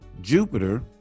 Jupiter